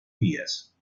días